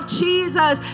jesus